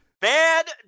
Bad